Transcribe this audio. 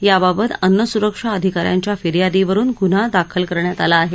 याबाबत अन्न स्रक्षा अधिकाऱ्यांच्या फिर्यादीवरून गुन्हा दाखल करण्यात आला आहे